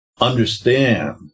understand